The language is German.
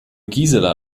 gisela